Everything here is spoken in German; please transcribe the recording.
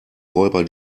räuber